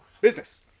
Business